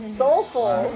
soulful